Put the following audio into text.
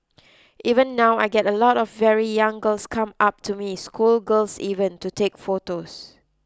even now I get a lot of very young girls come up to me schoolgirls even to take photos